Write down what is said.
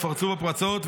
ופרצו בו פרצות,